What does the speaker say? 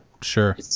Sure